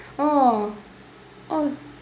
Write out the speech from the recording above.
oh oh